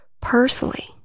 personally